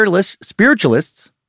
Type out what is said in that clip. spiritualists